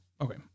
Okay